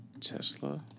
Tesla